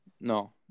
No